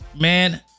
man